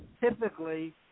typically